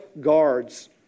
guards